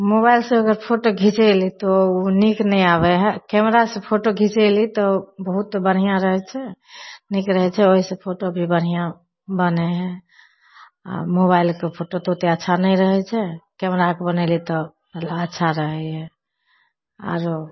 mobile से अगर photo घिचेलै तऽ ओ नीक नहि आबै हइ कैमरा से फोटो घिचेली तऽ बहुत बढ़िआँ रहै छै नीक रहै छै ओहि से फोटो भी बढ़िआँ बनै हइ आओर मोबाइलके फोटो तऽ ओतेक अच्छा नहि रहै छै कैमराके बनैली तऽ अच्छा रहै हइ आओर